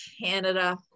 Canada